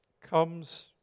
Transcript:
comes